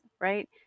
right